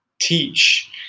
teach